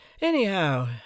Anyhow